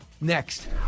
Next